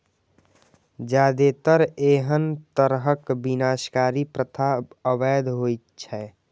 जादेतर एहन तरहक विनाशकारी प्रथा अवैध होइ छै